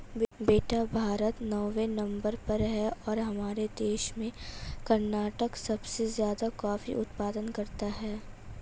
बेटा भारत नौवें नंबर पर है और हमारे देश में कर्नाटक सबसे ज्यादा कॉफी उत्पादन करता है